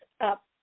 up